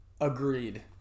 Agreed